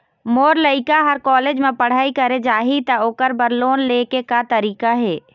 मोर लइका हर कॉलेज म पढ़ई करे जाही, त ओकर बर लोन ले के का तरीका हे?